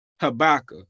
Habakkuk